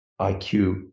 IQ